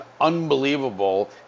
unbelievable